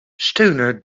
stoner